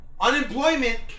unemployment